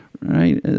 right